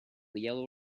yellow